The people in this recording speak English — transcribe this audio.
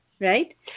Right